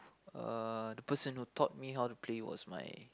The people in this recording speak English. uh the person who taught me how to play was my